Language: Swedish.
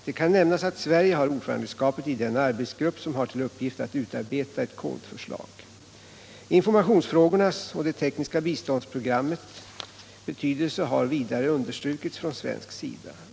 Det kan nämnas att Sverige har ordförandeskapet i den arbetsgrupp som fått till uppgift att utarbeta ett kodförslag. Informationsfrågornas och det tekniska biståndsprogrammets betydelse har vidare understrukits från svensk sida.